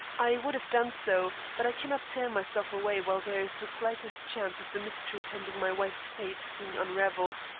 i would have done so, but i cannot tear myself away while there is the slightest chance of the mystery attending my wife's fate being unravelled.